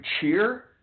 cheer